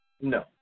no